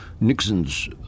Nixon's